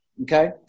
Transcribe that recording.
Okay